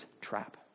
trap